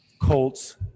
Colts